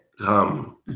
come